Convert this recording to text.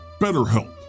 BetterHelp